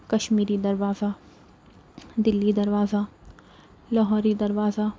کشمیری دروازہ دلی دروازہ لاہوری دروازہ